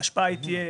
ההשפעה תהיה